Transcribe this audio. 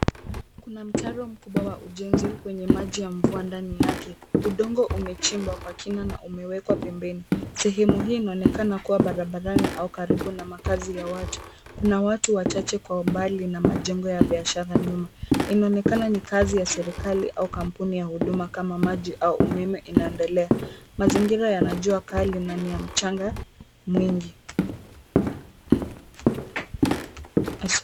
Kuna mtaro mkubwa wa ujenzi kwenye maji ya mvua ndani yake, udongo umechimbwa kwa kina na umewekwa pembeni. Sehemu hii inaonekana kuwa barabarani, au karibu na makazi ya watu. Kuna watu wachache kwa umbali na majengo ya biashara nyuma. Inaonekana ni kazi ya serikali au kampuni ya huduma kama maji au umeme inaendelea. Mazingira yanajua kali na ni ya mchanga, mwingi.